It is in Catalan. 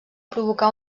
provocar